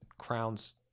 Crowns